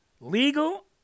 legal